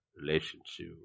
relationship